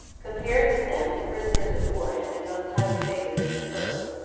compared with them the prisoners of war had been most highly favoured from the first.